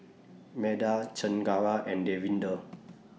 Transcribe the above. Medha Chengara and Davinder